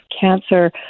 cancer